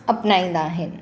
अपनाईंदा आहिनि